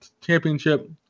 Championship